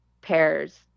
pairs